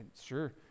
sure